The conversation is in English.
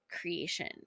creation